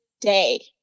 day